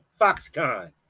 foxconn